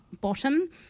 bottom